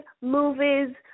movies